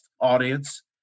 audience